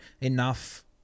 enough